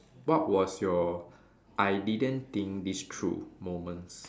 what was your I didn't think this through moments